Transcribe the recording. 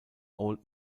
old